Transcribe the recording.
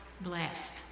blessed